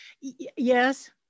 Yes